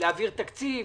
להעביר תקציב,